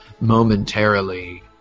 momentarily